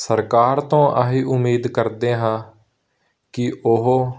ਸਰਕਾਰ ਤੋਂ ਆਹੀ ਉਮੀਦ ਕਰਦੇ ਹਾਂ ਕਿ ਉਹ